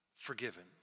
Forgiven